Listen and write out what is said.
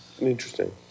Interesting